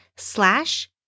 Slash